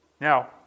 Now